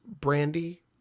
Brandy